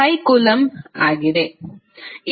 5 coulomb ಆಗಿದೆ